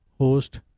host